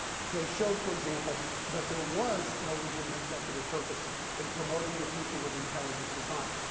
they showed, for example, that there was no legitimate secular purpose in promoting the teaching of intelligent design.